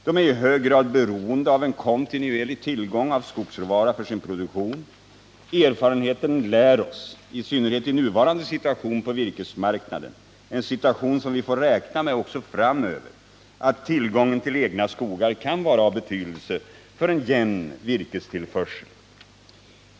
De är i hög grad beroende av en kontinuerlig tillgång av skogsråvara för sin produktion. Erfarenheten lär oss i synnerhet i nuvarande situation på virkesmarknaden, en situation som vi får räkna med också framöver — att tillgången till egna skogar kan vara av betydelse för en jämn virkestillförsel.